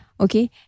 Okay